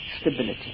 stability